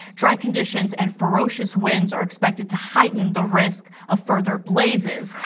dry conditions, and ferocious winds are expected to heighten the risk of further blazes.